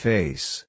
Face